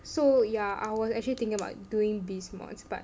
so yeah I was actually think about doing biz modss but